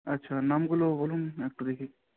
আচ্ছা নামগুলো বলুন একটু দেখি